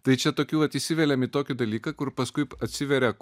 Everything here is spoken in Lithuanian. tai čia tokių vat įsivėliam į tokį dalyką kur paskui atsiveria